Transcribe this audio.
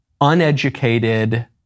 uneducated